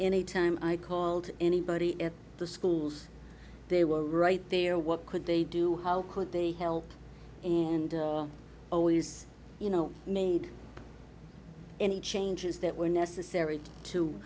any time i called anybody at the schools they were right there what could they do how could they help and always you know made any changes that were necessary to